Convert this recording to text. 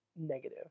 negative